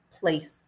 place